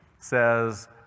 Says